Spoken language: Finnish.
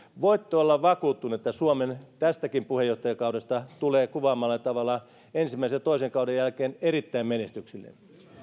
voitte olla vakuuttunut että suomen tästäkin puheenjohtajakaudesta tulee kuvaamallanne tavalla ensimmäisen ja toisen kauden jälkeen erittäin menestyksellinen